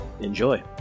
Enjoy